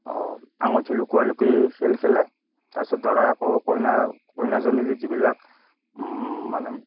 অঁ আঙুঠি লুকুওৱা লুকুয়ি খেল খেলে তাৰপিছত দৰা আকৌ কইনা কইনাজনী যিবিলাক মানে